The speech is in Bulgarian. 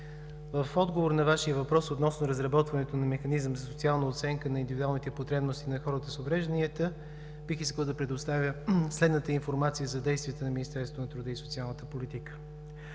в отговор на Вашия въпрос относно разработването на механизъм за социална оценка на индивидуалните потребности на хората с увреждания, бих искал да предоставя следната информация за действията на Министерството на труда и социалната политика.